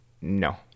No